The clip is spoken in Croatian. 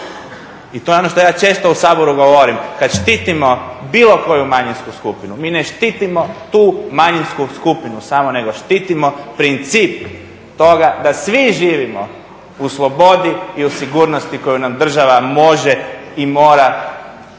i to je ono što ja često u Saboru govorim, kad štitimo bilo koju manjinsku skupinu mi ne štitimo tu manjinsku skupinu samo nego štitimo princip toga da svi živimo u slobodi i u sigurnosti koju nam država može i mora